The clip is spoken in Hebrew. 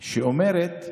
שאומרת: